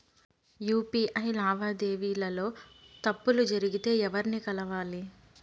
UPI లావాదేవీల లో తప్పులు జరిగితే ఎవర్ని కలవాలి?